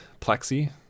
Plexi